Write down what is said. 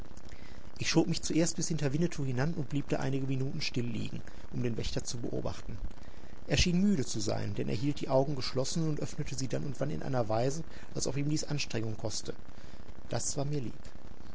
ich schob mich zuerst bis hinter winnetou hinan und blieb da einige minuten still liegen um den wächter zu beobachten er schien müde zu sein denn er hielt die augen geschlossen und öffnete sie dann und wann in einer weise als ob ihm dies anstrengung koste das war mir lieb